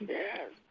yes